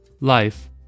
life